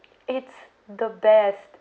it's the best